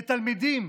לתלמידים,